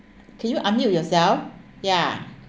can you unmute yourself yeah